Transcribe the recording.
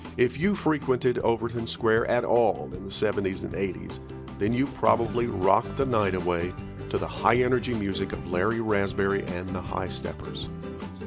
if you frequented overton square at all in the seventy s and eighty s then you probably rocked the night away to the high energy music of larry raspberry and the highsteppers.